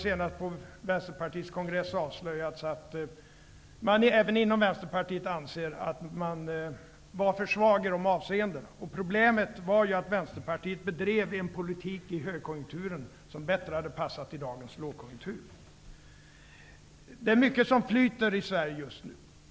Senast på Vänsterpartiets kongress, har det avslöjats att man även inom Vänsterpartiet anser att man i dessa avseenden var för svag. Problemet var att Vänsterpartiet under högkonjunkturen bedrev en politik som bättre hade passat i dagens lågkonjunktur. Det är mycket som flyter i Sverige just nu.